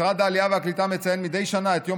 משרד העלייה והקליטה מציין מדי שנה את יום